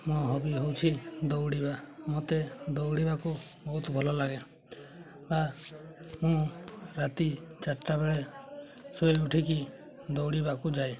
ମୋ ହବି ହେଉଛି ଦୌଡ଼ିବା ମୋତେ ଦୌଡ଼ିବାକୁ ବହୁତ ଭଲ ଲାଗେ ବା ମୁଁ ରାତି ଚାରିଟା ବେଳେ ଶୋଇ ଉଠିକି ଦୌଡ଼ିବାକୁ ଯାଏ